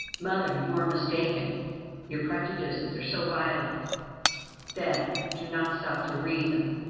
mother, you are mistaken your prejudices are so violent that you do not stop to reason.